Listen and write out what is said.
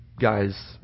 guys